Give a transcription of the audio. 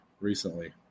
recently